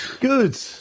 Good